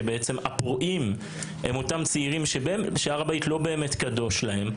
שהפורעים הם אותם צעירים שהר הבית לא באמת קדוש להם,